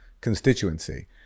constituency